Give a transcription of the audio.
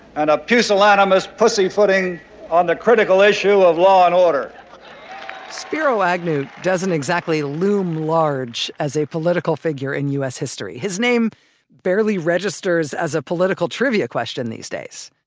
and a pusillanimous pussyfooting on the critical issue of law and order spiro agnew doesn't exactly loom large as a political figure in u s. history. his name barely registers as a political trivia question these days.